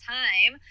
time